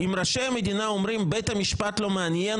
אם ראשי המדינה אומרים: בית המשפט לא מעניין